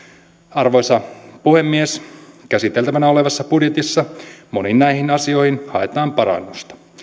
arvoisa puhemies käsiteltävänä olevassa budjetissa moniin näihin asioihin haetaan parannusta